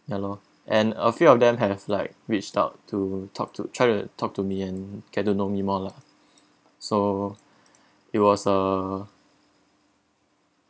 ya lor and a few of them have like reached out to talk to try to talk to me and get to know me more lah so it was a